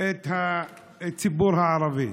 את הציבור הערבי.